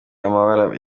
amabara